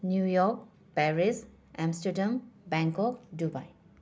New York Paris Amsterdam Bangkok Dubai